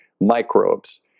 microbes